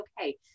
okay